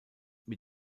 mit